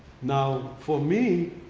now, for me,